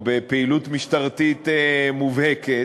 בפעילות משטרתית מובהקת,